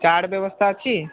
card ବ୍ୟବସ୍ଥା ଅଛି